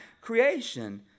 creation